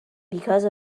because